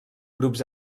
grups